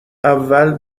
اول